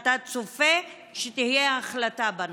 אתה צופה שתהיה החלטה בנושא?